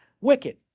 wicked